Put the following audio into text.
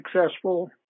successful